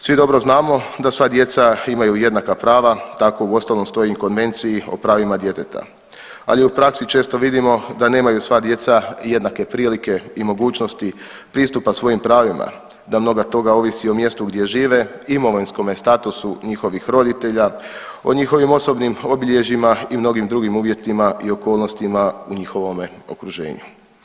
Svi dobro znamo da sva djeca imaju jednaka prava tako u ostalom stoji i u Konvenciji o pravima djeteta, ali u praksi često vidimo da nemaju sva djeca jednake prilike i mogućnosti pristupa svojim pravima, da mnogo toga ovisi o mjestu gdje žive, imovinskome statusu njihovih roditelja, o njihovim osobnim obilježjima i mnogim drugim uvjetima i okolnostima u njihovome okruženju.